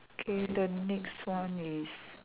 K the next one is